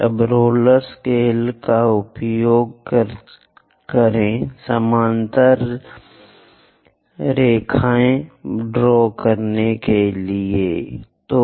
अब roller scaler का उपयोग करें समानांतर ले जाएँ ड्रा डॉट तरह की रेखा